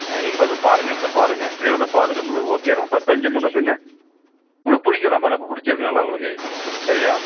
ஆ நீங்கள் வந்து பாருங்க இடத்த பாருங்க இடத்த பார்த்துட்டு உங்களுக்கு ஓகேன்னா பத்தஞ்சு முன்னே பின்னே உங்களுக்கு பிடிக்கும் ரொம்ப ரொம்ப பிடிச்சுருக்கும் நல்லா உங்களுக்கு சரியா